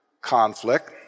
conflict